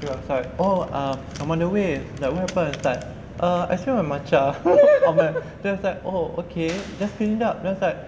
he was like oh err I'm on the way then what happened I was like actually my matcha oh my then I was like oh okay just clean up then I was like